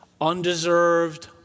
undeserved